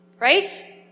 right